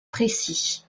précis